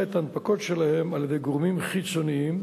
את ההנפקות שלהם על-ידי גורמים חיצוניים,